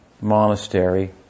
monastery